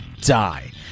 die